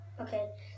Okay